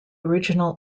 original